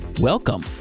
welcome